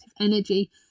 energy